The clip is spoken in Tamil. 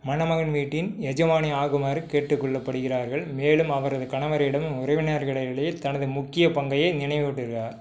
மணமகன் வீட்டின் எஜமானி ஆகுமாறு கேட்டுக்கொள்ளப்படுகிறார்கள் மேலும் அவரது கணவரிடம் உறவினர்களிடையே தனது முக்கிய பங்கை நினைவூட்டுகிறார்